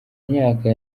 myaka